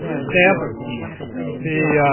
stampers the